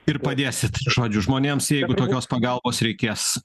ir padėsit žodžiu žmonėms jeigu tokios pagalbos reikės